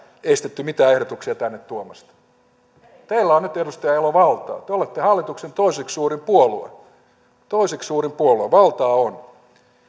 estäneet mitään ehdotuksia tänne tuomasta teillä on nyt edustaja elo valtaa te olette hallituksen toiseksi suurin puolue toiseksi suurin puolue valtaa on